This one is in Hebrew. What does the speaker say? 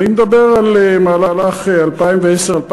אני מדבר על 2010 2012,